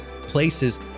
places